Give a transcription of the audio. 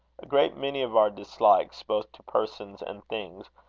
a great many of our dislikes, both to persons and things,